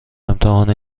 امتحان